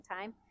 time